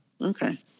Okay